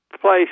place